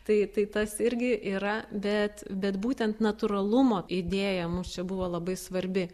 tai tai tas irgi yra bet bet būtent natūralumo idėja mums čia buvo labai svarbi